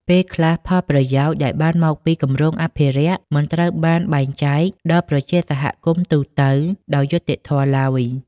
ពេលខ្លះផលប្រយោជន៍ដែលបានមកពីគម្រោងអភិរក្ស មិនត្រូវបានបែងចែកដល់ប្រជាសហគមន៍ទូទៅដោយយុត្តិធម៌ឡើយ។